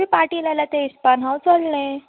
ते पाटी लायल्या ते इसपान हांव चडलें